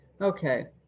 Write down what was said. Okay